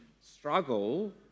struggle